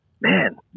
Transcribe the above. man